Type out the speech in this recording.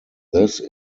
this